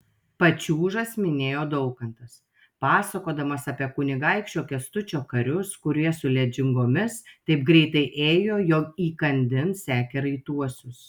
pačiūžas minėjo daukantas pasakodamas apie kunigaikščio kęstučio karius kurie su ledžingomis taip greitai ėjo jog įkandin sekė raituosius